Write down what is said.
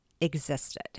existed